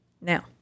Now